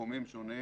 בתחומים שונים